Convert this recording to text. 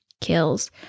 kills